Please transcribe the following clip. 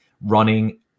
running